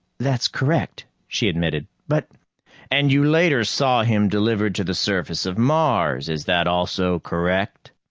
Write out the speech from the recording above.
that's correct, she admitted. but and you later saw him delivered to the surface of mars. is that also correct?